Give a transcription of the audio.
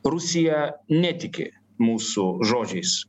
rusija netiki mūsų žodžiais